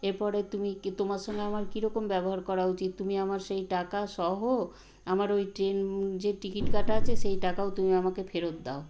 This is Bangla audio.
এরপরে তুমি কী তোমার সঙ্গে আমার কীরকম ব্যবহার করা উচিত তুমি আমার সেই টাকা সহ আমার ওই ট্রেন যে টিকিট কাটা আছে সেই টাকাও তুমি আমাকে ফেরত দাও